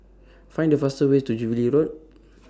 Find The fastest Way to Jubilee Road